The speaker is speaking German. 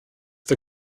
der